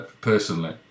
personally